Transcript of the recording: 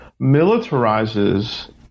militarizes